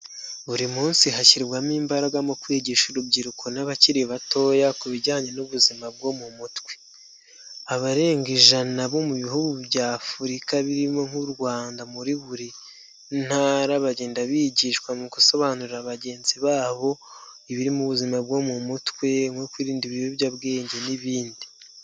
Buri munsi hashyirwamo imbaraga mu kwigisha urubyiruko n'abakiri batoya ku bijyanye n'ubuzima bwo mu mutwe. Abarenga ijana bo mu bihugu bya afurika birimo nk'u Rwanda muri buri ntara bagenda bigishwa mu gusobanurira bagenzi babo, ibiri mu buzima bwo mu mutwe nko kwirinda ibiyobyabwenge n'ibindi.